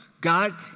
God